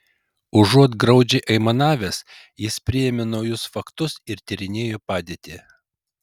užuot graudžiai aimanavęs jis priėmė naujus faktus ir tyrinėjo padėtį